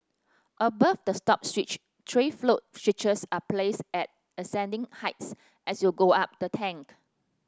above the stop switch three float switches are placed at ascending heights as you go up the tank